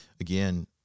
Again